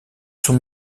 sont